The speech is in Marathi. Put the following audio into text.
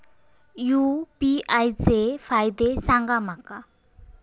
यू.पी.आय चे फायदे सांगा माका?